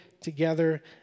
together